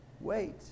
wait